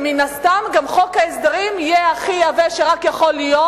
ומן הסתם גם חוק ההסדרים יהיה הכי עבה שרק יכול להיות,